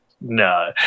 No